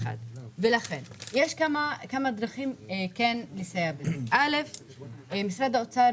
יש כמה דרכים לסייע בזה: משרד האוצר